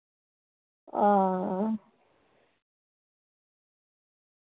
हां